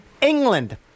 England